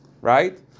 right